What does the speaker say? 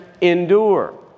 endure